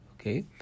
Okay